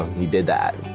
you did that.